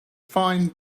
fine